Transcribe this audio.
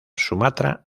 sumatra